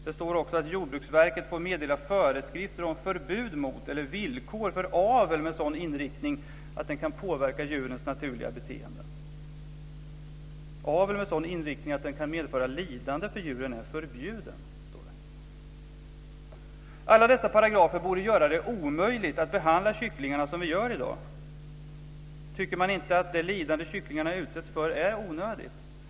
Det står också att Jordbruksverket får meddela föreskrifter om förbud mot eller villkor för avel med sådan inriktning att den kan påverka djurens naturliga beteenden. Avel med sådan inriktning att den kan medföra lidande för djuren är förbjuden, står det. Alla dessa paragrafer borde göra det omöjligt att behandla kycklingarna som vi gör i dag. Tycker man inte att det lidande som kycklingarna utsätts för är onödigt?